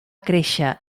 créixer